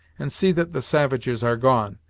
and see that the savages are gone.